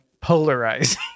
polarizing